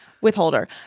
Withholder